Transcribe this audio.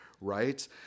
right